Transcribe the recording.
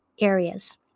areas